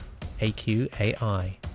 AQAI